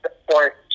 support